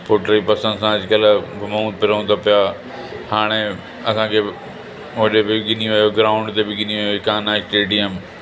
पुट जी पसंदि सां अॼुकल्ह घुमूं फिरूं था पिया हाणे असांखे ओॾे बि गिनी वियो ग्राउंड ते बि गिनी वियो इकाना स्टेडियम